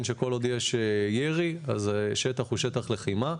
שכל עוד יש ירי אז השטח הוא שטח לחימה,